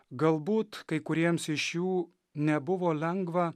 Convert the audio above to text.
galbūt kai kuriems iš jų nebuvo lengva